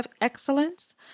excellence